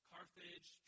Carthage